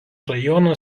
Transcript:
rajono